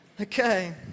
Okay